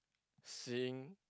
seeing